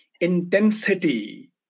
intensity